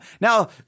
Now